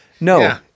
No